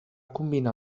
combinar